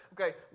okay